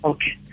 Okay